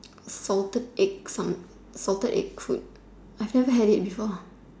salted egg salted egg food I've never had it before